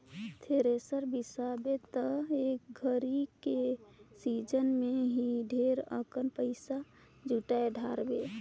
thresher बिसाबे त एक घरी के सिजन मे ही ढेरे अकन पइसा जुटाय डारबे